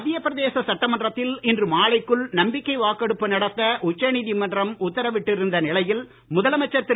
மத்தியப் பிரதேச சட்டமன்றத்தில் இன்று மாலைக்குள் நம்பிக்கை வாக்கெடுப்பு நடத்த உச்ச நீதிமன்றம் உத்தரவிட்டிருந்த நிலையில் முதலமைச்சர் திரு